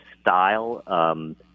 style